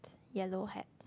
yellow hat